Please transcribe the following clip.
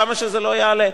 כמה שזה לא יעלה,